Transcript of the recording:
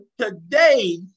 today